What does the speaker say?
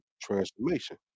transformation